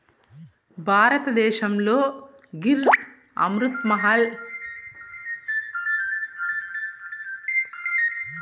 భారతదేశంలో గిర్, అమృత్ మహల్, కిల్లారి, సాహివాల్, ఒంగోలు గిత్త లాంటి చానా పశు జాతులు ఉన్నాయి